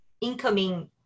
incoming